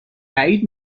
بعید